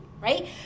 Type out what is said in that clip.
right